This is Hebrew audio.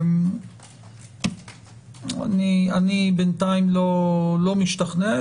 אני בינתיים לא משתכנע.